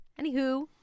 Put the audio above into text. Anywho